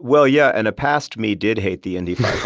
well, yeah. and a past me did hate the indy five hundred.